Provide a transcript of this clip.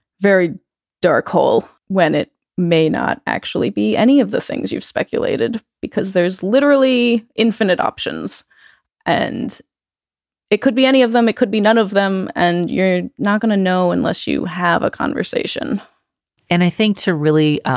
very dark hole when it may not actually be any of the things you've speculated because there's literally infinite options and it could be any of them, it could be none of them. and you're not going to know unless you have a conversation and i think to really